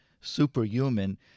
superhuman